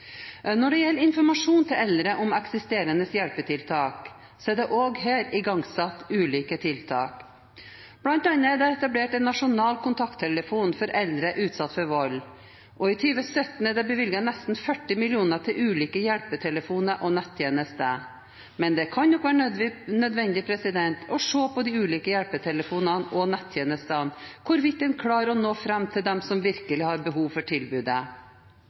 Når det gjelder informasjon til eldre om eksisterende hjelpetiltak, er det også her igangsatt ulike tiltak. Blant annet er det etablert en nasjonal kontakttelefon for eldre utsatt for vold. I 2017 er det bevilget nesten 40 mill. kr til ulike hjelpetelefoner og nettjenester. Men det kan nok være nødvendig å se på de ulike hjelpetelefonene og nettjenestene – hvorvidt en klarer å nå fram til dem som virkelig har behov for tilbudet.